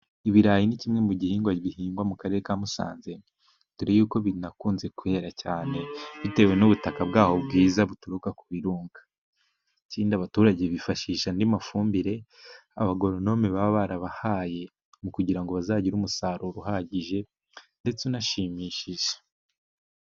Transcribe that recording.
Ibirayi ni kimwe mu gihingwa, gihingwa mu karere ka Musanze. Dore ko binakunze kuhera cyane, bitewe n'ubutaka bwabo bwiza buturuka ku birunga. Ikindi abaturage bifashisha amafumbire abagoronome baba barabahaye, mu kugira ngo bazagire umusaruro uhagije, ndetse unashimishije